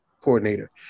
coordinator